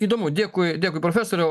įdomu dėkui dėkui profesoriau